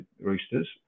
Roosters